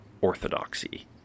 orthodoxy